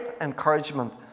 encouragement